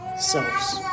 selves